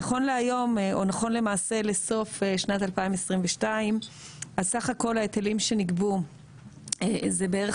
נכון לסוף שנת 2022 סך הכול ההיטלים שנגבו זה בערך